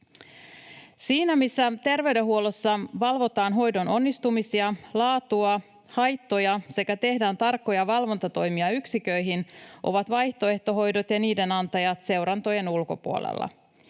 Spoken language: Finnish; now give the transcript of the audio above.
Siinä missä terveydenhuollossa valvotaan hoidon onnistumisia, laatua, haittoja sekä tehdään tarkkoja valvontatoimia yksiköihin, ovat vaihtoehtohoidot ja niiden antajat seurantojen ulkopuolella.